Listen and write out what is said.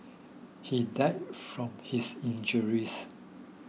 he died from his injuries